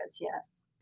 Yes